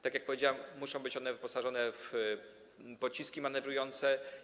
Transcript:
Tak jak powiedziałem, muszą być one wyposażone w pociski manewrujące.